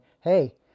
hey